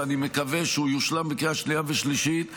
ואני מקווה שהוא יושלם בקריאה שנייה ושלישית.